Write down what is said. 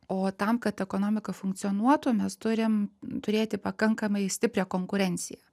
o tam kad ekonomika funkcionuotų mes turim turėti pakankamai stiprią konkurenciją